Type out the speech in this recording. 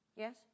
Yes